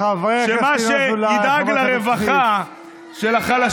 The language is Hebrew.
חבר הכנסת ינון אזולאי, חברת